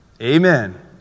Amen